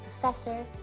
professor